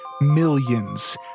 millions